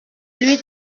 lui